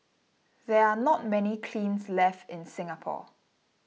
there are not many kilns left in Singapore